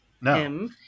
No